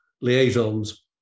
liaisons